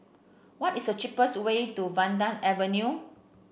what is the cheapest way to Vanda Avenue